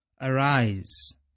Arise